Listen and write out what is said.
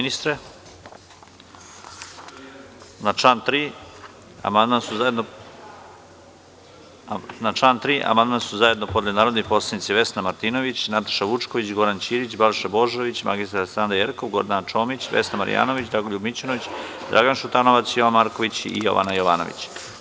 Na član 3. amandman su zajedno podneli narodni poslanici Vesna Martinović, Nataša Vučković, Goran Ćirić, Balša Božović, mr Aleksandra Jerkov, Gordana Čomić, Vesna Marjanović, Dragoljub Mićunović, Dragan Šutanovac, Jovan Marković i Jovana Jovanović.